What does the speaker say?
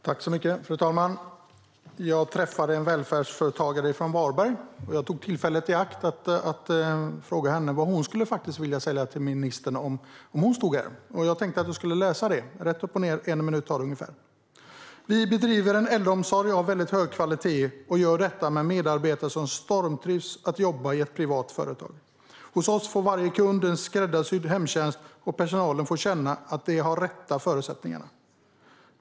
Fru talman! Jag träffade en välfärdsföretagare från Varberg och tog tillfället i akt att fråga henne vad hon skulle vilja säga till ministern om hon stod här. Jag tänker läsa upp det, rätt och upp ned. Hon skriver: Vi bedriver en äldreomsorg av hög kvalitet. Och vi gör det med medarbetare som stormtrivs med att jobba i ett privat företag. Hos oss får varje kund en skräddarsydd hemtjänst, och personalen får känna att de har de rätta förutsättningarna.